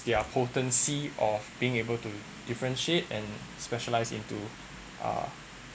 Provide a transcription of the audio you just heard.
their potency of being able to differentiate and specialised into uh